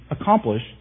accomplish